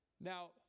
Now